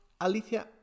Alicia